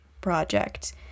project